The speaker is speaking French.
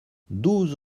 douze